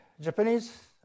Japanese